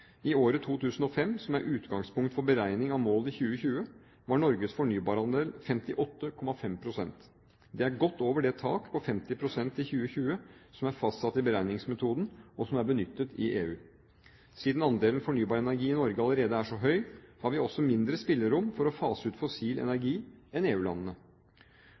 I året 2005, som er utgangspunktet for beregning av mål i 2020, var Norges fornybarandel 58,5 pst. Det er godt over det tak på 50 pst. i 2020 som er fastsatt i beregningsmetoden, og som er benyttet i EU. Siden andelen fornybar energi i Norge allerede er så høy, har vi også mindre spillerom for å fase ut fossil energi enn